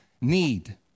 need